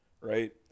right